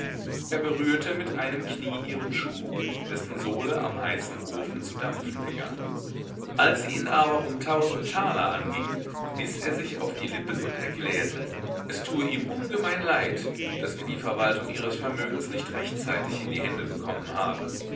er berührte mit einem knie ihren schuh dessen sohle am heißen ofen zu dampfen begann als sie ihn aber um tausend taler anging biß er sich auf die lippen und erklärte es tue ihm ungemein leid daß er die verwaltung ihres vermögens nicht rechtzeitig in die hände bekommen habe